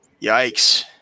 Yikes